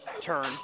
turn